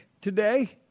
today